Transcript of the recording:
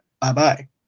bye-bye